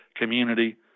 community